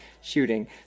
shooting